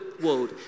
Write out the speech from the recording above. world